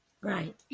Right